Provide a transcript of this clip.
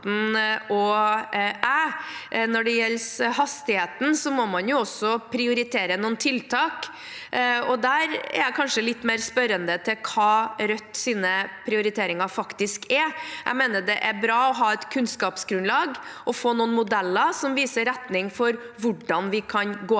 Når det gjelder hastigheten må man også prioritere noen tiltak, og der er jeg mer spørrende til hva Rødts prioriteringer faktisk er. Jeg mener det er bra å ha et kunnskapsgrunnlag og å få noen modeller som viser retning for hvordan vi kan gå